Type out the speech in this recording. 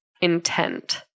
intent